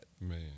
Man